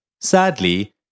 Sadly